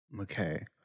Okay